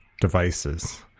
devices